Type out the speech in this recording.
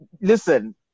Listen